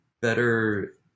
better